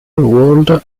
world